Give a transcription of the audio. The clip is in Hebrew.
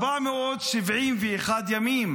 471 ימים